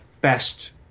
best